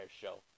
show